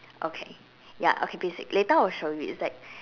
okay ya okay basically later I will show you it's like